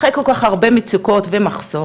אחרי כל כך הרבה מצוקות ומחסור,